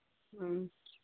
ꯎꯝ